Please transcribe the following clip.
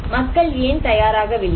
மக்கள் ஏன் தயாராகவில்லை